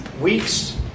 weeks